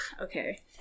okay